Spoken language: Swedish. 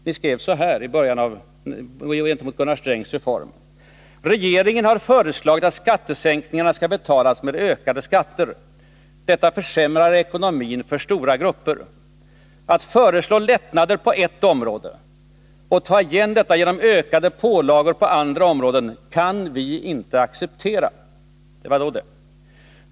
Ni skrev alltså med anledning av Gunnar Strängs reform bl.a. följande: ”Regeringen har föreslagit att skattesänkningarna skall betalas med ökade skatter. Detta försämrar ekonomin för stora grupper. Att föreslå lättnader på ett område och ta igen detta genom ökade pålagor på andra områden kan vi inte acceptera.” — Det var då det.